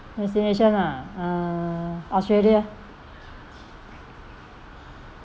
destination ah uh australia